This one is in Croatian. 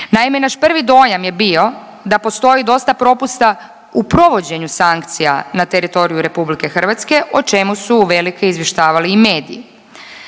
Naime, naš prvi dojam je bio da postoji dosta propusta u provođenju sankcija na teritoriju RH, o čemu su uvelike izvještavali i mediji.